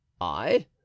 I